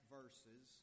verses